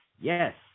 yes